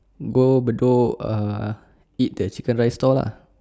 go bedok err eat the chicken rice store lah